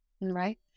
right